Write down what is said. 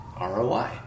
ROI